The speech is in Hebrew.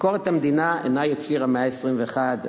ביקורת המדינה אינה יציר המאה ה-21,